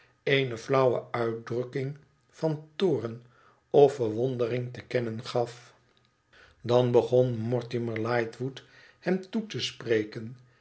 eene flauwe uitdrukking van toom of verwondering te kennen gaf dan begon mortimer lightwood hem toe te spreken